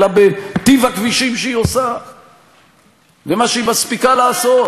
אלא בטיב הכבישים שהיא עושה ומה שהיא מספיקה לעשות.